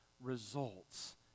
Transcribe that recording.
results